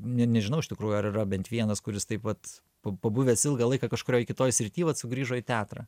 ne nežinau iš tikrųjų ar bent vienas kuris taip pat pabuvęs ilgą laiką kažkurioj kitoj srityj vat sugrįžo į teatrą